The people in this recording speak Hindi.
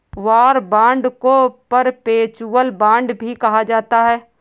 वॉर बांड को परपेचुअल बांड भी कहा जाता है